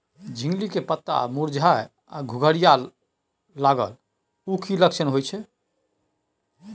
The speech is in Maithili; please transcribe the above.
झिंगली के पत्ता मुरझाय आ घुघरीया लागल उ कि लक्षण होय छै?